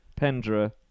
Pendra